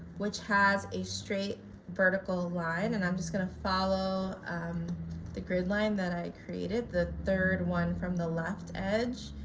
which has a straight vertical line and i'm just going to follow the grid line that i created, the third one from the left edge.